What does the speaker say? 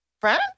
friend